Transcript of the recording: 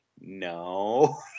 No